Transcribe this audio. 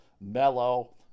mellow